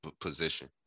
position